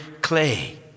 clay